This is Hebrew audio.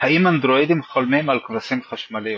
"האם אנדרואידים חולמים על כבשים חשמליות?".